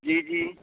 جی جی